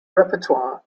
repertoire